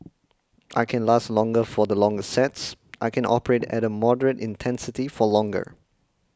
I can last longer for the longer sets I can operate at a moderate intensity for longer